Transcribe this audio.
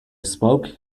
spoke